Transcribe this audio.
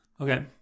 Okay